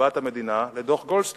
תשובת המדינה לדוח-גולדסטון.